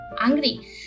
angry